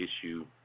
issue